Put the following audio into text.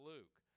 Luke